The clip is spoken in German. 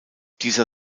dieser